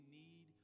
need